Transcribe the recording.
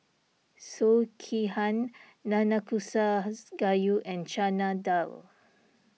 Sekihan Nanakusa Gayu and Chana Dal